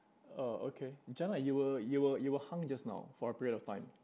oh okay janna you were you were you were hung just now for a period of time